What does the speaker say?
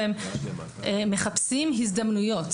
והם מחפשים הזדמנויות.